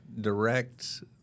direct